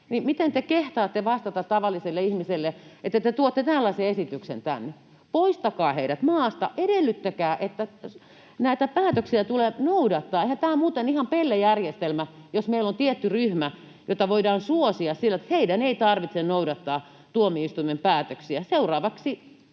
miten te kehtaatte vastata tavalliselle ihmiselle, että te tuotte tällaisen esityksen tänne? Poistakaa heidät maasta, edellyttäkää, että näitä päätöksiä tulee noudattaa. Tämähän on muuten ihan pellejärjestelmä, jos meillä on tietty ryhmä, jota voidaan suosia sillä lailla, että heidän ei tarvitse noudattaa tuomioistuimen päätöksiä. Seuraavaksi